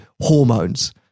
Hormones